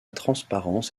transparence